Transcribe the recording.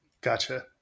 Gotcha